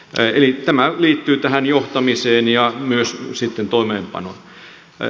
tämä liittyy tähän johtamiseen ja myös sitten toimeenpanoon